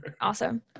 awesome